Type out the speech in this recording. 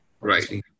Right